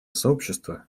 сообщество